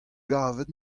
gavet